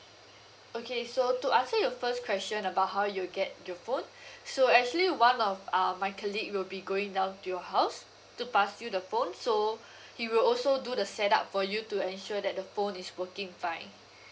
okay so to answer your first question about how you'll get your phone so actually one of uh my colleague will be going down to your house to pass you the phone so he will also do the set up for you to ensure that the phone is working fine